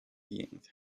beings